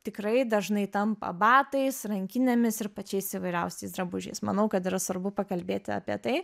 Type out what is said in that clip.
tikrai dažnai tampa batais rankinėmis ir pačiais įvairiausiais drabužiais manau kad yra svarbu pakalbėti apie tai